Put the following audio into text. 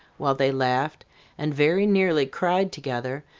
while they laughed and very nearly cried together,